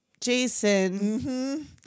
Jason